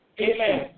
amen